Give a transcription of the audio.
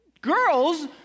girls